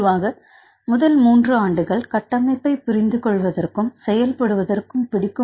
பொதுவாக மூன்று முதல் நான்கு ஆண்டுகள் கட்டமைப்பைப் புரிந்துகொள்வதற்கும் செயல்படுவதற்கும் பிடிக்கும்